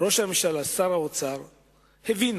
ראש הממשלה ושר האוצר הבינו,